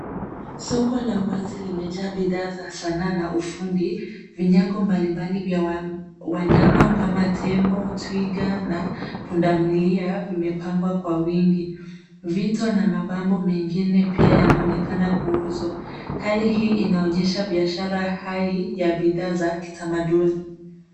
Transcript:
Soko la wazi limejaa bidhaa za sanaa na ufundi. Vinyago mbalimbali vya wanyama kama tembo, twiga, na pundamilia vimepangwa kwa wingi. Vito na mapambo mengine pia yanaonekana kuuzwa. Hali hii inaonyesha biashara hai ya bidhaa za kitamaduni.